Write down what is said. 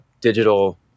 digital